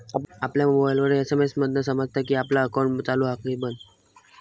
आपल्या मोबाईलवर एस.एम.एस मधना समजता कि आपला अकाउंट चालू हा कि बंद